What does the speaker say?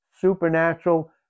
supernatural